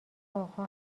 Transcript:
آقا